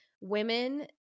women